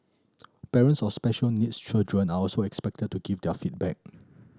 parents of special needs children are also expected to give their feedback